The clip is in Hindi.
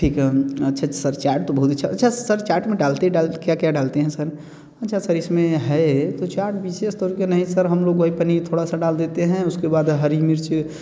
ठीक है अच्छा सर चाट तो बहुत अच्छा अच्छा सर चाट में डालते डाल क्या क्या डालते हैं सर अच्छा सर इसमें है तो चाट विशेष तौर पर नहीं सर हम लोग वही पनीर थोड़ा सा दाल देते हैं उसके बाद हरी मिर्च